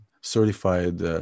certified